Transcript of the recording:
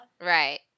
Right